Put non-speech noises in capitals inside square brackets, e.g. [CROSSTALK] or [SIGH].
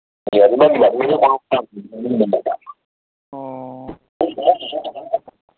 [UNINTELLIGIBLE] ꯑꯣ [UNINTELLIGIBLE]